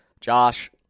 Josh